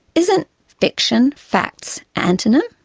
isn't fiction fact's antonym?